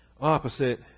opposite